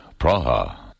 Praha